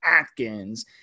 Atkins